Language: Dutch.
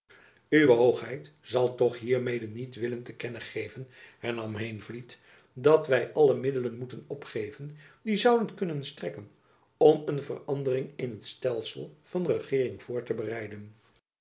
uwe hoogheid zal toch hiermede niet willen te kennen geven hernam heenvliet dat wy alle middelen moeten opgeven die zouden kunnen strekken om een verandering in het stelsel van regeering voor te bereiden